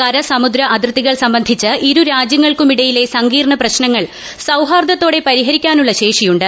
കര സമുദ്ര അതിർത്തികൾ സംബന്ധിച്ച് ഇരു രാജ്യങ്ങൾക്കുമിടയിലെ സങ്കീർണ്ണ പ്രശ്നങ്ങൾ സൌഹാർദ്ദത്തോടെ പരിഹരിക്കാനുള്ള ശേഷിയുണ്ട്